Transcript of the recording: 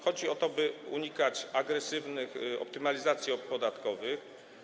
Chodzi o to, by unikać agresywnych optymalizacji podatkowych.